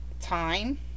time